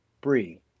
Brie